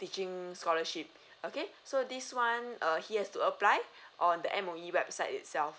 teaching scholarship okay so this one uh he has to apply on the M_O_E website itself